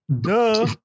Duh